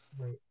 Right